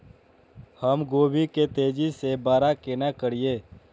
हम गोभी के तेजी से बड़ा केना करिए?